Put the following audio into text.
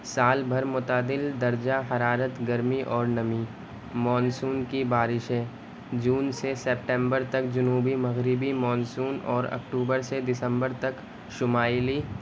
سال بھر متعدل درجہ حرارت گرمی اور نمی مانسون کی بارشیں جون سے سپٹمبر تک جنوبی مغربی مانسون اور اکٹوبر سے دسمبر تک شمالی